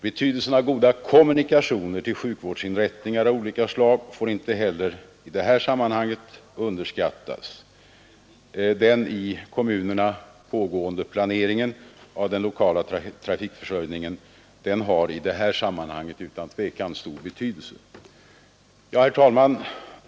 Betydelsen av goda kommunikationer till sjukvårdsinrättningar av olika slag får inte heller i detta sammanhang underskattas. Den i kommunerna pågående planeringen av den lokala trafikförsörjningen har härvidlag utan tvivel stor betydelse. Herr talman!